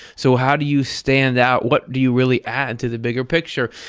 so how do you stand out? what do you really add to the bigger picture?